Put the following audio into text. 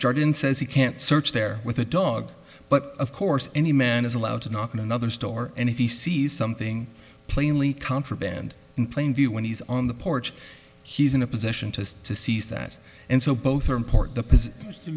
jordan says he can't search there with a dog but of course any man is allowed to knock in another store and if he sees something plainly contraband in plain view when he's on the porch he's in a position to to seize that and so both are important t